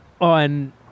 on